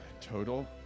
Total